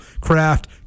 craft